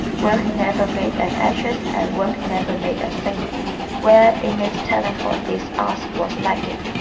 work never made an actress and work never made a singer where innate talent for these arts was lacking.